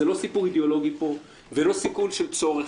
זה לא סיפור אידיאולוגי פה ולא סיכול של צורך,